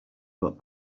got